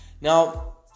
now